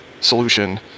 solution